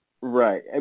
Right